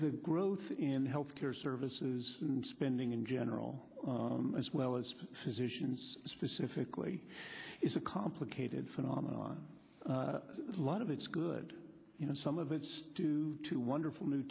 the growth in health care services and spending in general as well as his issuance specifically is a complicated phenomenon lot of it's good you know some of it's too two wonderful new